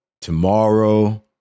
tomorrow